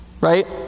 right